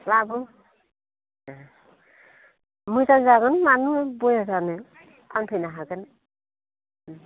लाबो मोजां जागोन मानो बया जानो फानफैनो हागोन